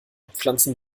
pflanzen